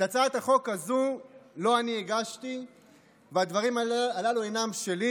את הצעת החוק הזו לא אני הגשתי והדברים הללו אינם שלי,